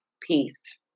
Peace